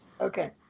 Okay